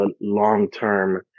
long-term